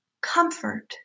comfort